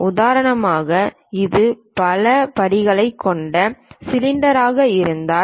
உதாரணமாக இது பல படிகளைக் கொண்ட சிலிண்டராக இருந்தால்